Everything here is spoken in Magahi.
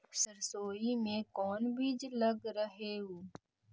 सरसोई मे कोन बीज लग रहेउ?